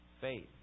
faith